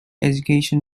education